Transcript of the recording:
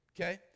Okay